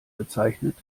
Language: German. bezeichnet